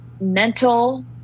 mental